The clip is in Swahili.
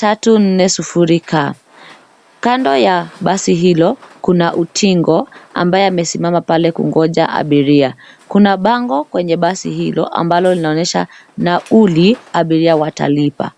340K.Kando ya basi hilo, kuna utingo, ambaye amesimama pale kungoja abiria. Kuna bango kwenye basi hilo ambalo linaonyesha nauli abiria watalipa.